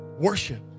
Worship